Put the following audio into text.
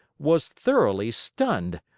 was thoroughly stunned.